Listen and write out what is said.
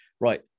right